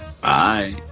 Bye